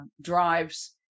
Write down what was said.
drives